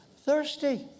Thirsty